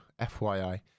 FYI